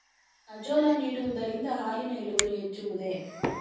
Azolla ನೀಡುವುದರಿಂದ ಹಾಲಿನ ಇಳುವರಿ ಹೆಚ್ಚುವುದೇ?